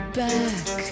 back